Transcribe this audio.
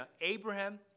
Abraham